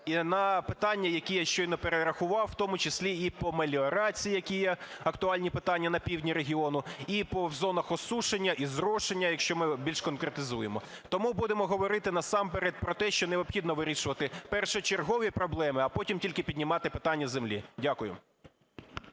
на питаннях, які я щойно перерахував, у тому числі і по меліорації, які є актуальні питання на півдні регіону, і по зонах осушення і зрошення, якщо ми більш конкретизуємо. Тому будемо говорити насамперед про те, що необхідно вирішувати першочергові проблеми, а потім тільки піднімати питання землі. Дякую.